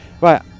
Right